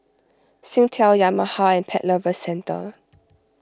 Singtel Yamaha and Pet Lovers Centre